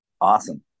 Awesome